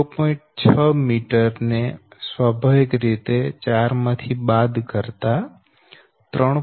6 metre ને સ્વાભાવિક રીતે 4 માંથી બાદ કરતા 3